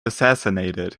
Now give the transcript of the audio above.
assassinated